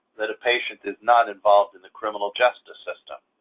that a patient is not involved in the criminal justice system,